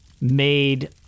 made